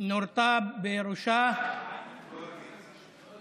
חשבתי שאתה רוצה להתנצל שערבים משקרים, טיבי.